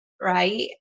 Right